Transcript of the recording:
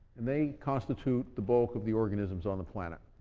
and they constitute the bulk of the organisms on the planet.